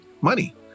money